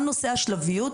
גם נושא השלביות,